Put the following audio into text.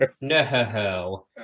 No